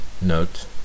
note